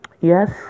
Yes